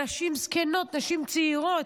נשים זקנות, נשים צעירות,